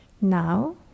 Now